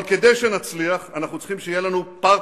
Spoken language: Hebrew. אבל כדי שנצליח, אנחנו צריכים שיהיה לנו פרטנר,